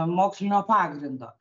mokslinio pagrindo